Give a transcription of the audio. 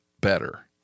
better